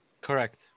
Correct